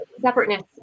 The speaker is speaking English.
Separateness